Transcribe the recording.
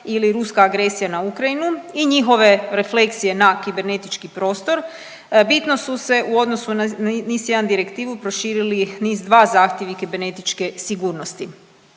ili ruska agresija na Ukrajinu i njihove refleksije na kibernetički prostor, bitno su se u odnosu na NIS1 Direktivu proširili NIS2 zahtjevi kibernetičke sigurnosti.